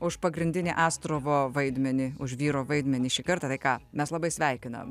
už pagrindinį astrovo vaidmenį už vyro vaidmenį šį kartą tai ką mes labai sveikinam